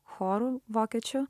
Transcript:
choru vokiečių